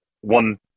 one